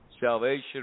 salvation